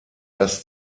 das